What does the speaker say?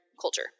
culture